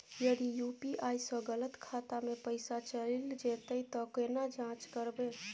यदि यु.पी.आई स गलत खाता मे पैसा चैल जेतै त केना जाँच करबे?